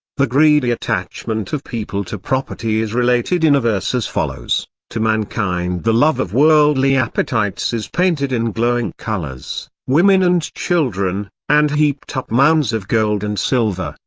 the greedy attachment of people to property is related in a verse as follows to mankind the love of worldly appetites is painted in glowing colours women and children, and heaped-up mounds of gold and silver,